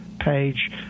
page